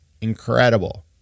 incredible